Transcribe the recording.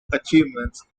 achievements